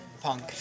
punk